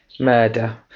murder